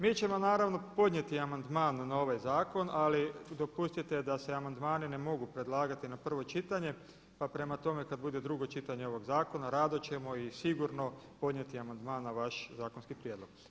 Mi ćemo naravno podnijeti amandman na ovaj zakon, ali dopustite da se amandmani ne mogu predlagati na prvo čitanje, pa prema tome kada bude drugo čitanje ovog zakona rado ćemo i sigurno podnijeti amandman na vaš zakonski prijedlog.